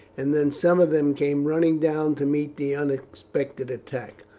and then some of them came running down to meet the unexpected attack.